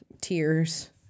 tears